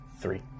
Three